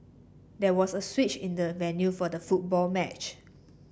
there was a switch in the venue for the football match